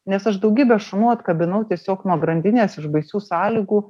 nes aš daugybę šunų atkabinau tiesiog nuo grandinės iš baisių sąlygų